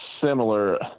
similar